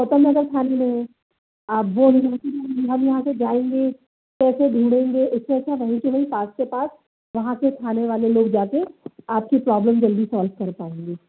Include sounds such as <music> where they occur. पटेल नगर थाने में <unintelligible> खाली यहाँ से जाएंगे कैसे ढूँढेंगे इस से अच्छा वही के वही पास से पास वहाँ सिर्फ़ थाने वाले लोग जाते हैं आपके प्रौब्लेम वहीं सौल्व कर पाएंगे